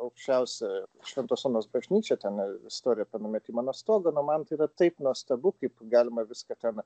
aukščiausia šventos onos bažnyčia ten istorija apie numetimą nuo stogo nu man tai yra taip nuostabu kaip galima viską ten